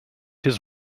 his